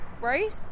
right